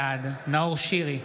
בעד נאור שירי,